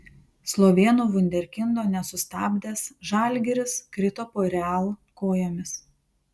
slovėnų vunderkindo nesustabdęs žalgiris krito po real kojomis